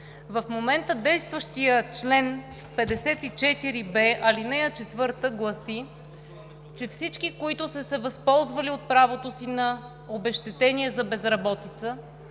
В момента действащият чл. 54б, ал. 4 гласи, че всички, които са се възползвали от правото си на обезщетение за безработица,